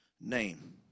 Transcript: name